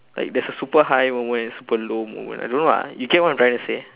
like there's a super high moment and super low moment I don't know lah you get what I'm trying to say